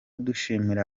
dushimira